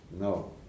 No